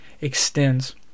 extends